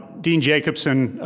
dean jacobsen,